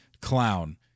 clown